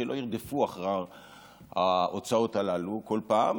שלא ירדפו אחר ההוצאות הללו כל פעם,